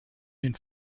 den